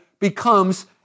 becomes